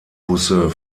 busse